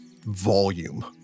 volume